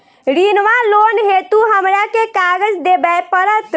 ऋण वा लोन हेतु हमरा केँ कागज देबै पड़त?